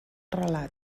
relat